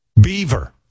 beaver